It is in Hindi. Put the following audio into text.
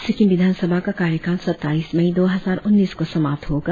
सिक्किम विधानसभा का कार्यकाल सत्ताईस मई दो हजार उन्नीस को समाप्त होगा